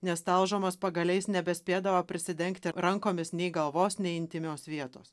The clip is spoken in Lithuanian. nes talžomas pagaliais nebespėdavo prisidengti rankomis nei galvos nei intymios vietos